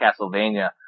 Castlevania